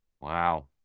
wow